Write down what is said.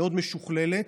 מאוד משוכללת,